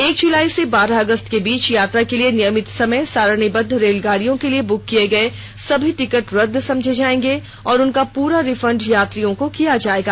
एक जुलाई से बारह अगस्त के बीच यात्रा के लिए नियमित समय सारणीबद्ध रेलगाडियों के लिए बुक किए गए सभी टिकट रद्द समझे जाएंगे और उनका पूरा रिफंड यात्रियों को किया जाएगा